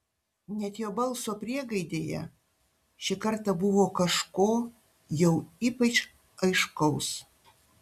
net jo balso priegaidėje šį kartą buvo kažko jau ypač aiškaus